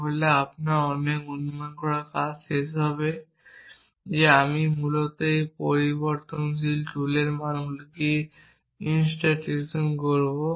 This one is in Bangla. তাহলে আপনার অনেক অনুমান কাজ করার সময় শেষ হবে যে আমি মূলত পরিবর্তনশীল টুলের মানগুলিকে ইনস্ট্যান্টিয়েট করব